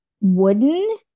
wooden